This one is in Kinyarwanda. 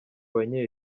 abanye